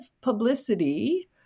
publicity